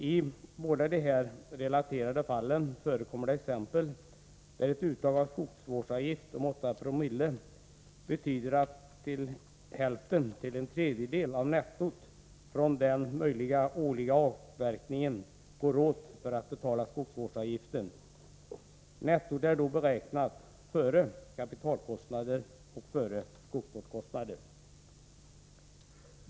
I båda de här relaterade fallen förekommer det situationer där ett uttag av skogsvårdsavgift om 8 co betyder att hälften till en tredjedel av nettot från den möjliga årliga avverkningen går åt för att betala skogsvårdsavgiften. Nettot är då beräknat före kapitalkostnader och före skogsvårdskostnader.